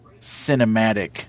cinematic